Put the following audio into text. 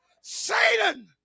Satan